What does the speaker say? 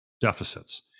deficits